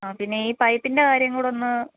ആ പിന്നെ ഈ പൈപ്പിൻ്റെ കാര്യം കൂടെ ഒന്ന്